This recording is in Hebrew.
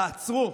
תעצרו,